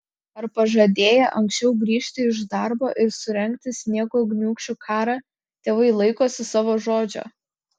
ar pažadėję anksčiau grįžti iš darbo ir surengti sniego gniūžčių karą tėvai laikosi savo žodžio